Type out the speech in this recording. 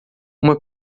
uma